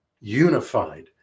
unified